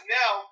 now